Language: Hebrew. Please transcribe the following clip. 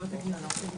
רבה.